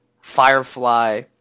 Firefly